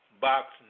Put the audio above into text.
Box